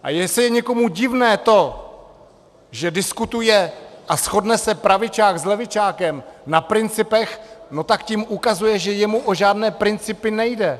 A jestli je někomu divné to, že diskutuje a shodne se pravičák s levičákem na principech, tak tím ukazuje, že jemu o žádné principy nejde.